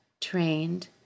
trained